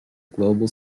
global